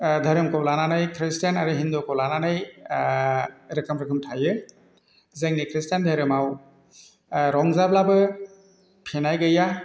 धोरोमखौ लानानै ख्रिस्टियान आरो हिन्दुखौ लानानै रोखोम रोखोम थायो जोंनि ख्रिस्टियान धोरोमाव रंजाब्लाबो फेनाय गैया